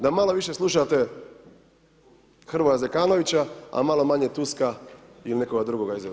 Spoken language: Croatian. Da malo više slušate Hrvoja Zekanovića a malo manje Tuska ili nekoga drugoga iz Europe.